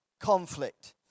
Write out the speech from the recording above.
conflict